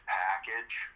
package